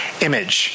image